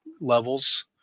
levels